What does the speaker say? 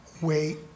wait